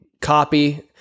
copy